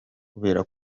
kubera